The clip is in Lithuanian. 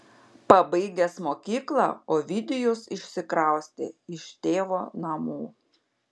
pabaigęs mokyklą ovidijus išsikraustė iš tėvo namų